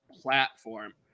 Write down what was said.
platform